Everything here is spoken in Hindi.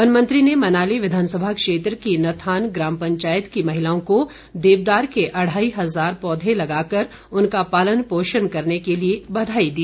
वन मंत्री ने मनाली विधानसभा क्षेत्र की नथान ग्राम पंचायत की महिलाओं को देवदार के अढ़ाई हज़ार पौधे लगाकर उनका पालन पोषण करने के लिए बधाई दी